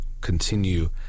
continue